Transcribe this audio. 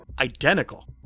identical